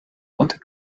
und